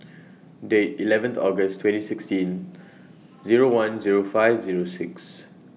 The eleven August twenty sixteen Zero one Zero five Zero six